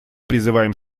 призываем